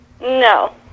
No